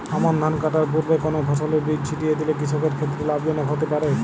আমন ধান কাটার পূর্বে কোন ফসলের বীজ ছিটিয়ে দিলে কৃষকের ক্ষেত্রে লাভজনক হতে পারে?